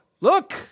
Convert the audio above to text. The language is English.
Look